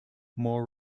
more